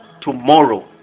Tomorrow